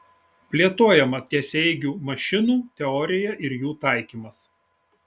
plėtojama tiesiaeigių mašinų teorija ir jų taikymas